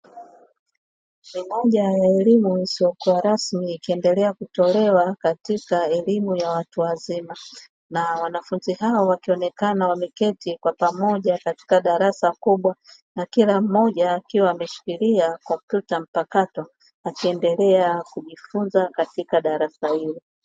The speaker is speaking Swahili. Moja ya elimu isiyokuwa rasmi ikiendelea kutolewa katika elimu ya watu wazima na wanafunzi hao wakionekana wameketi kwa pamoja katika darasa kubwa na kila mmoja akiwa ameshikilia kompyuta mpakato akiendelea kujifunza katika darasa hilo.